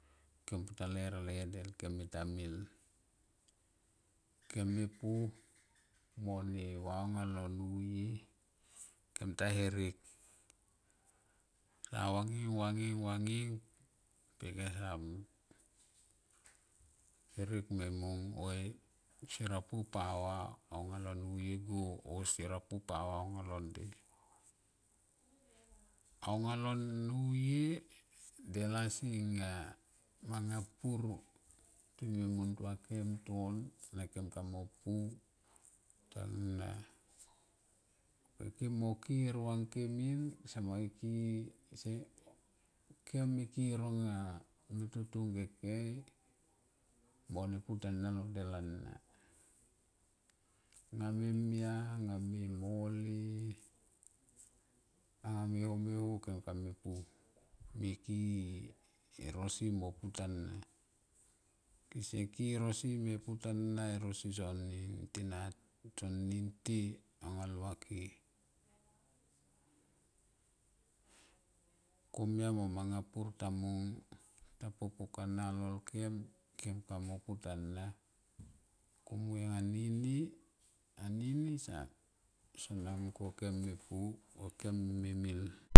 Kem pu taler ale del kem mita mil kem me pu mo ne va aunga lo ne nuye kem ta herek ta vanging vanging vanging pe kem sa, herek me mung ma a sera pu pa va aunga lo nuye go o sera pu pa va aunga lo nde. Aungan nuye delasi nga manga pur time muntua kem ton nga kem kamo pu tana ok ike me ki e ronke min sama i ki i kem me ki e ronga me totong kekei mo ne pu tanga lo del ana, anga ma mia ang me mole. Anga me ho me ho kem kame ki i e rosi mo pu tana kese ki e rosi mo pu tana erosi son min te nating son min te alua ke komia mo manga pur ta mung ta po pukana lolkem, kem kamo pu tana kumui anini so na kone kem me pu mo kem memil.